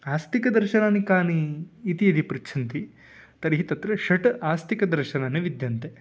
आस्तिकदर्शनानि कानि इति यदि पृच्छन्ति तर्हि तत्र षट् आस्तिकदर्शनानि विद्यन्ते